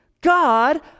God